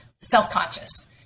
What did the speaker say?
self-conscious